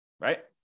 right